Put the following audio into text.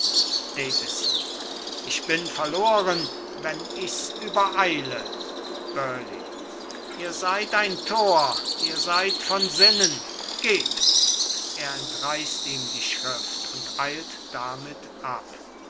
ich bin verloren wenn ich's übereile burleigh ihr seid ein tor ihr seid von sinnen gebt er entreißt ihm die schrift und eilt damit ab